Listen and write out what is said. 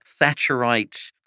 Thatcherite